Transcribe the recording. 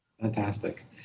Fantastic